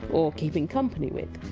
or! keeping company with,